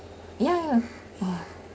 ya !wah!